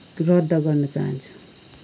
रद्द गर्न चाहन्छु